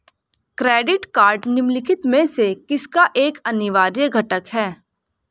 Credit card निम्नलिखित में से किसका एक अनिवार्य घटक है?